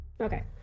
Okay